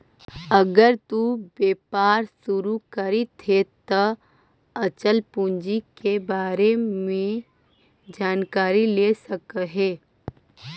अगर तु व्यापार शुरू करित हे त अचल पूंजी के बारे में जानकारी ले सकऽ हे